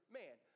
man